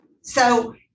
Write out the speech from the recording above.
So-